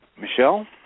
Michelle